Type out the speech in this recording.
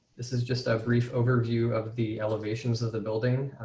this is just a brief overview of the elevations of the building.